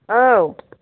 औ